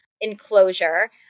enclosure